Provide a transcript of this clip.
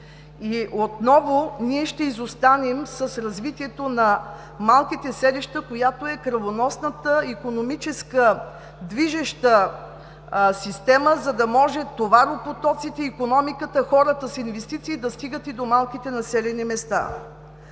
Отново ще изостанем с развитието на малките селища, която е кръвоносната икономическа движеща система, за да може товаропотоците, икономиката, хората с инвестиции да стигат и до малките населени места.